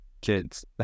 kids